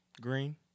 green